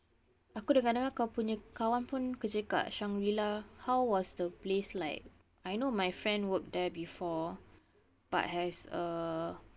aku dengar-dengar kau punya kawan pun kerja dekat shangri la how was the place like I know my friend work there before but has a